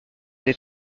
des